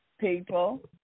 People